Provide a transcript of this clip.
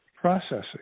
processing